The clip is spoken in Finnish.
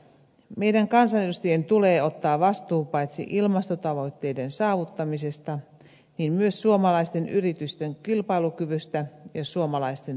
meidän kansanedusta jien tulee ottaa vastuu paitsi ilmastotavoitteiden saavuttamisesta myös suomalaisten yritysten kilpailukyvystä ja suomalaisten työpaikoista